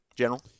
general